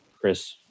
Chris